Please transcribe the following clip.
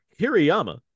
Hirayama